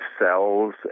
cells